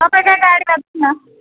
तपाईँको गाडीमा जाऔँ न